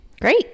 Great